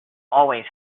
always